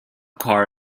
car